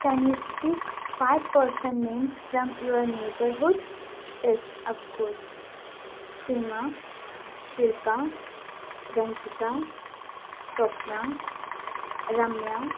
can you speak five person names from your neighbourhood yes of course Seema Shilpa Ranjita Swapna Ramya